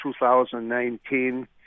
2019